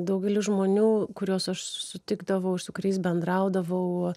daugelis žmonių kuriuos aš sutikdavau ir su kuriais bendraudavau